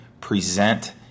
present